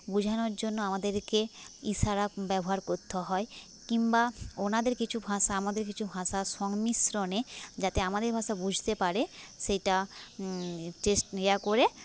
বোঝানোর জন্য আমাদেরকে ইশারা ব্যবহার করতে হয় কিংবা ওনাদের কিছু ভাষা আমাদের কিছু ভাষা সংমিশ্রণে যাতে আমাদের ভাষা বুঝতে পারে সেটা চেস ইয়ে করে